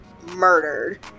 murdered